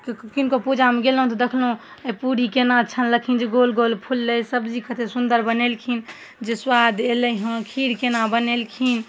किनको पूजामे गेलहुँ तऽ देखलहुँ पूड़ी कोना छानलिखिन जे गोल गोल फुललै सब्जी कतेक सुन्दर बनेलखिन जे सुआद अएलै हँ खीर कोना बनेलखिन